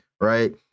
right